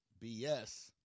BS